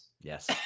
yes